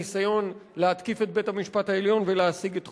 הניסיון להתקיף את בית-המשפט העליון ולהסיג את תחומו.